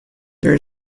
there